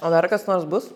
o dar kas nors bus